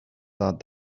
thought